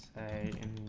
a